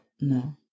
No